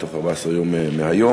תוך 14 יום מהיום.